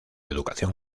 educación